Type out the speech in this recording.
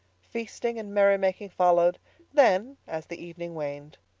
feasting and merry-making followed then, as the evening waned,